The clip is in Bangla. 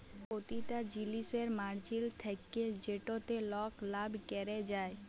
পতিটা জিলিসের মার্জিল থ্যাকে যেটতে লক লাভ ক্যরে যায়